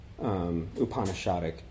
Upanishadic